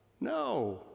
no